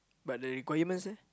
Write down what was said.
but the requirements eh